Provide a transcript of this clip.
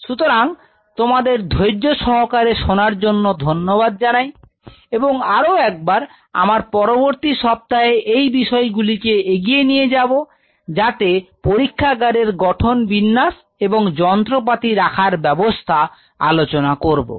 সুতরাং তোমাদের ধৈর্য সহকারে শোনার জন্য ধন্যবাদ জানাই এবং আরো একবার আমরা পরবর্তী সপ্তাহে এই বিষয়গুলি কে এগিয়ে নিয়ে যাব যাতে পরীক্ষাগারের গঠন বিন্যাস এবং যন্ত্রপাতি রাখার ব্যবস্থা আলোচনা করব